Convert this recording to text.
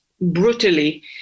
brutally